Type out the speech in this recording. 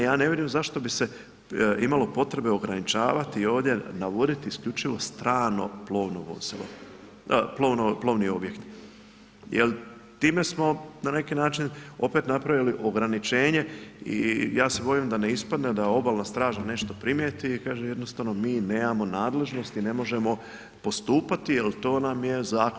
Ja ne vidim zašto bi se imalo potrebe ograničavati, ovdje navoditi isključivo strano plovni objekt jel time smo na neki način opet napravili ograničenje i ja se bojim da ne ispadne da obalna straža nešto primijeti i kaže jednostavno mi nemamo nadležnosti i ne možemo postupati jel to nam je zakon.